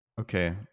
Okay